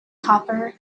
copper